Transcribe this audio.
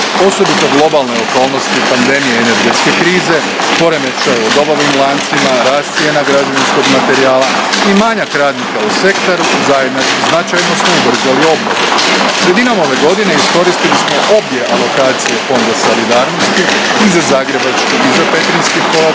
osobito globalne okolnosti pandemije i energetske krize, poremećaje u dobavnim lancima, rast cijena građevinskog materijala i manjak radnika u sektoru – značajno smo ubrzali obnovu. Sredinom ove godine iskoristili smo obje alokacije Fonda solidarnosti i za zagrebački i za petrinjski potres